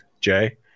Jay